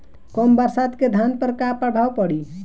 कम बरसात के धान पर का प्रभाव पड़ी?